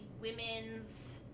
women's